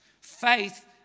faith